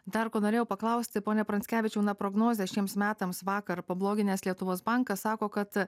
dar ko norėjau paklausti pone pranckevičiau na prognozės šiems metams vakar pabloginęs lietuvos bankas sako kad